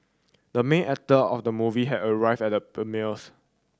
the main actor of the movie has arrived at the premiere